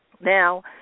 Now